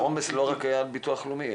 אז העומס לא רק היה על ביטוח לאומי.